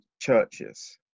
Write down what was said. churches